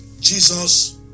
Jesus